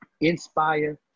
inspire